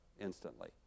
instantly